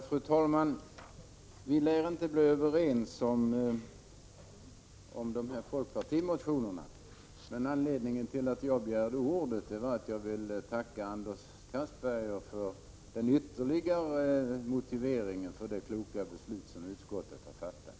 Fru talman! Vi lär inte kunna bli överens om dessa folkpartimotioner. Anledningen till att jag begärde ordet var att jag ville tacka Anders Castberger för den ytterligare motiveringen till det kloka beslut som utskottet har fattat.